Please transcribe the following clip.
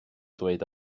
ddweud